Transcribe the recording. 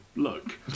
Look